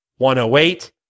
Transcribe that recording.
108